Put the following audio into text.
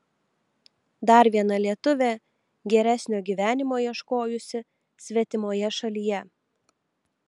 dar viena lietuvė geresnio gyvenimo ieškojusi svetimoje šalyje